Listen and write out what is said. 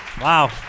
Wow